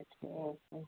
तो ठीक है